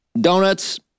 donuts